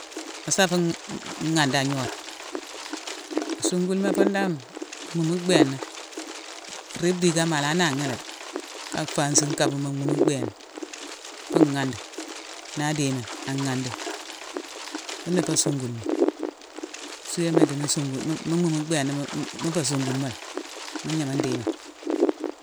Aassa fu ghandi agnode. Sungulma fune dan mhumu bhééna. Ribe digama ala nanghi dé ka fansi nkabama mhumu bhééna, fu ghandi. Na a dhimine a ghandi. Funa fé sungulma, suema idimoni sungulma. Mu mhumu bhééna-mu-fé sungulma, mu gnama idhimine.